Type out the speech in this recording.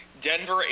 Denver